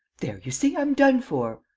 there, you see, i'm done for!